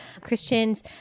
Christians